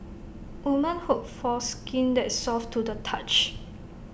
women hope for skin that is soft to the touch